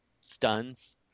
stuns